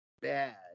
Bad